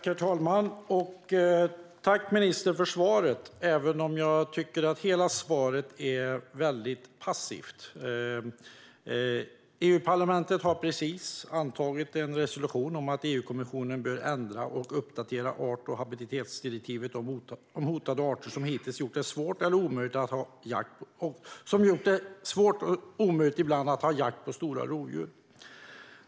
Herr talman! Tack, ministern, för svaret - även om jag tycker att hela svaret är väldigt passivt! EU-parlamentet har precis antagit en resolution om att EU-kommissionen bör ändra och uppdatera art och habitatdirektivet om hotade arter, som hittills gjort det svårt och ibland omöjligt att ha jakt på stora rovdjur.